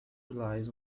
relies